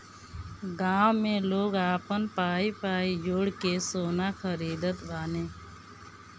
गांव में लोग आपन पाई पाई जोड़ के सोना खरीदत बाने